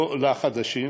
לא לחדשים,